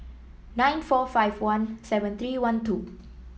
nine four five one seven three one two